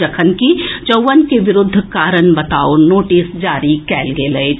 जखनकि चौवन के विरूद्व कारण बताओ नोटिस जारी कएल गेल अछि